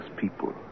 people